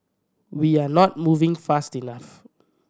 we are not moving fast enough